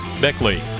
Beckley